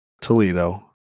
Toledo